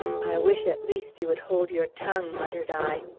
i wish, at least, you would hold your tongue, muttered i.